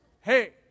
Hey